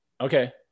Okay